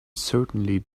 certainly